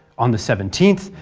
on the seventeenth,